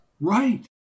Right